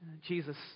Jesus